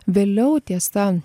vėliau tiesa